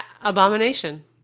Abomination